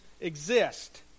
exist